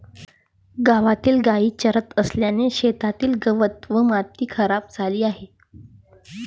गावातील गायी चरत असल्याने शेतातील गवत व माती खराब झाली आहे